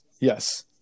yes